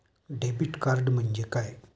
Debit card म्हणजे काय?